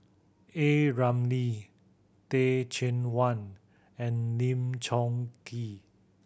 A Ramli Teh Cheang Wan and Lim Chong Keat